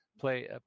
play